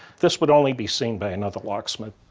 this would only be seen by another locksmith.